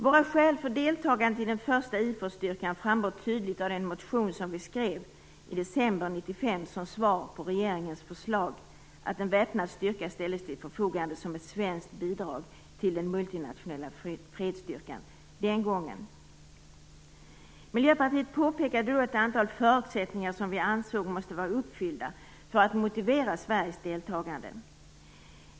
Våra skäl för deltagandet i den första IFOR styrkan framgår tydligt av den motion som vi skrev i december 1995 som svar på regeringens förslag att en väpnad styrka ställs till förfogande som ett svenskt bidrag till den multinationella fredsstyrkan den gången. Miljöpartiet pekade då på ett antal förutsättningar som vi ansåg måste vara uppfyllda för att motivera Sveriges deltagande.